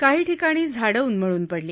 काही ठिकाणी झाड उन्मळून पडली